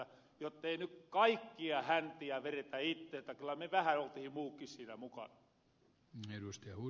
jottei nyt kaikkia häntiä veretä itteltä kyllä me vähän oltihin muukkin siinä mukana